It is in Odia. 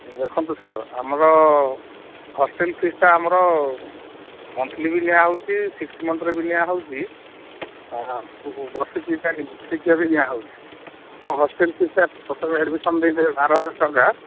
ଦେଖନ୍ତୁ ସାର୍ ଆମର ହଷ୍ଟେଲ ଫିସ୍ଟା ଆମର ମନ୍ଥଲି ବି ନିଆ ହେଉଛି ସିକ୍ସ ମନ୍ଥରେ ବି ନିଆହେଉଛି ଆଉ ବର୍ଷିକିଆ ବର୍ଷିକିଆ ବି ନିଆହେଉଛି ହଷ୍ଟେଲ ଫିସ୍ଟା ପ୍ରଥମେ ଆଡ଼୍ମିଶନ ଦେଇଦେବେ ବାର ହଜାର ଟଙ୍କା